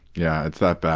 yeah, it's that bad.